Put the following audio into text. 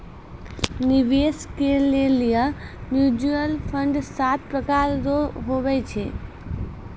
निवेश के लेली म्यूचुअल फंड सात प्रकार रो हुवै छै